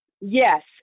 Yes